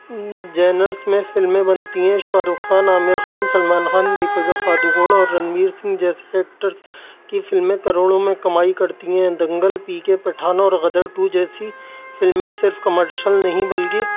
generous میں فلمیں بنتی ہیں شاہ رخ خان عامر خان سلمان خان دیپیکا پادوگون اور رنویر سنگھ جیسے ایکٹرس کی فلمیں کروڑوں میں کمائی کرتی ہیں دنگل پی کے پٹھان اور غدر ٹو جیسی فلمیں صرف کمرشل نہیں بلکہ